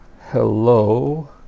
hello